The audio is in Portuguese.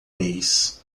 mês